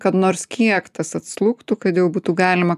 kad nors kiek tas atslūgtų kad jau būtų galima